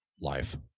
Life